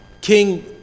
King